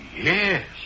yes